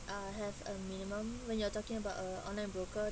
uh have a minimum when you're talking about uh online broker